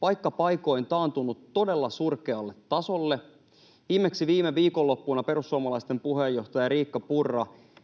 paikka paikoin taantunut todella surkealle tasolle. Viimeksi viime viikonloppuna perussuomalaisten puheenjohtaja Riikka Purra